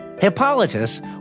Hippolytus